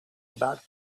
about